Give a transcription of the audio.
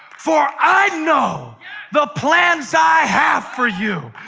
for i know the plans i have for you.